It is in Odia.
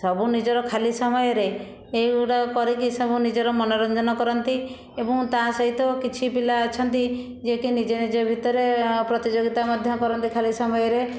ସବୁ ନିଜର ଖାଲି ସମୟରେ ଏଗୁଡ଼ାକ କରିକି ସବୁ ନିଜର ମନୋରଞ୍ଜନ କରନ୍ତି ଏବଂ ତା' ସହିତ କିଛି ପିଲା ଅଛନ୍ତି ଯିଏ କି ନିଜ ନିଜ ଭିତରେ ପ୍ରତିଯୋଗିତା ମଧ୍ୟ କରନ୍ତି ଖାଲି ସମୟରେ